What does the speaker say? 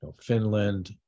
Finland